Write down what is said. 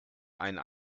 einen